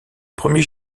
premier